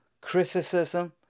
criticism